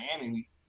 Miami